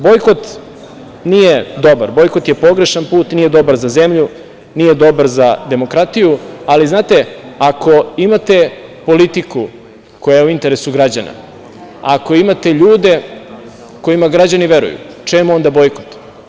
Bojkot nije dobar, bojkot je pogrešan put, nije dobar za zemlju, nije dobar za demokratiju, ali ako imate politiku koja je u interesu građana, ako imate ljude kojima građani veruju čemu onda bojkot?